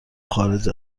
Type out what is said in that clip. خارج